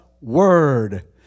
Word